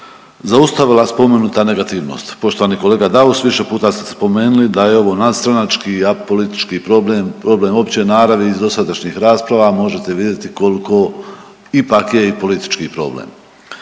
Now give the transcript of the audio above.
zaustavila spomenuta negativnost. Poštovani kolega Daus više puta ste spomenuli da je ovo nadstranački i apolitički problem, problem opće naravi. Iz dosadašnjih rasprava možete vidjeti koliko ipak je i politički problem.